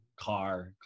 car